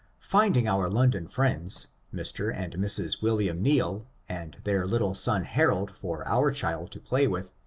finding our london friends, mr. and mrs. william neill and their little son harold for our child to play with,